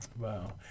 Wow